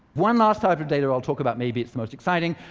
one last type of data i'll talk about, maybe it's the most exciting.